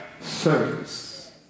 service